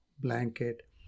Blanket